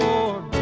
Lord